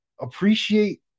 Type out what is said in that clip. appreciate